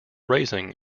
raising